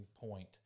point